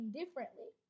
differently